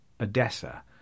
Odessa